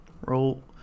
roll